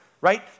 Right